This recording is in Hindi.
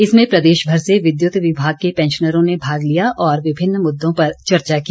इसमें प्रदेश भर से विद्युत विभाग के पैंशनरों ने भाग लिया और विभिन्न मुद्दों पर चर्चा की